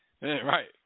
Right